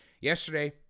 Yesterday